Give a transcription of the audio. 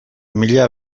mila